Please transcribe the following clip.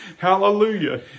Hallelujah